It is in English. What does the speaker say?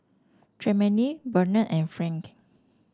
Tremayne Bernard and Frank